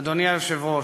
אדוני היושב-ראש,